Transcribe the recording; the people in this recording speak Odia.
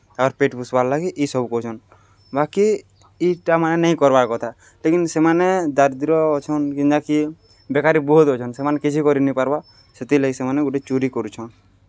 ତାକର୍ ପେଟ୍ ପୋଷ୍ବାର୍ ଲାଗି ଇସବୁ କରୁଛନ୍ ବାକି ଇଟାମାନେ ନେଇ କର୍ବାର୍ କଥା ଲେକିନ୍ ସେମାନେ ଦରିଦ୍ର ଅଛନ୍ ଯେନ୍ଟାକି ବେକାରୀ ବହୁତ୍ ଅଛନ୍ ସେମାନେ କିଛି କରିନି ପାର୍ବା ସେଥିର୍ଲାଗି ସେମାନେ ଗୋଟେ ଚୋରି କରୁଛନ୍